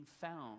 found